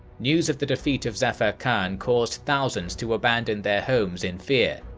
news of the defeat of zafar khan caused thousands to abandon their homes in fear,